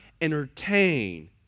entertain